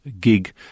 gig